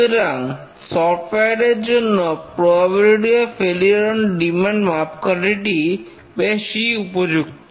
সুতরাং সফটওয়্যার এর জন্য probability of failure on demand মাপকাঠিটি বেশি উপযুক্ত